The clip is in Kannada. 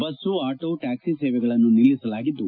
ಬಸ್ತು ಆಟೋ ಟ್ಯಾಕ್ಷಿ ಸೇವೆಗಳನ್ನು ನಿಲ್ಲಿಸಲಾಗಿದ್ದು